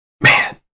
man